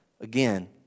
Again